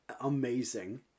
amazing